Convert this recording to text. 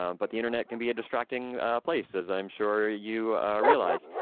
um but the internet can be a distracting place, as i'm sure you realize.